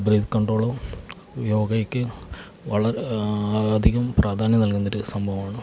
breath കൺട്രോളും യോഗയ്ക്ക് വളരെ അധികം പ്രാധാന്യം നൽകുന്ന ഒരു സംഭവമാണ്